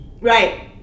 Right